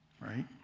Right